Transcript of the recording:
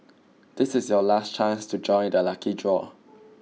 this is your last chance to join the lucky draw